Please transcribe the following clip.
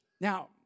Now